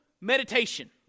meditation